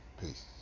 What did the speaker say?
Peace